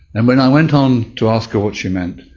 and when i went on to ask her what she meant,